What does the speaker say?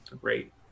Great